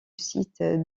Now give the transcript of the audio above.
site